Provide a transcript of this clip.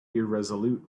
irresolute